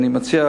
אני מציע,